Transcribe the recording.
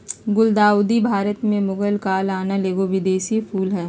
गुलदाऊदी भारत में मुगल काल आनल एगो विदेशी फूल हइ